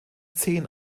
zehn